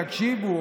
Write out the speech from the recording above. תקשיבו,